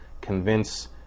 convince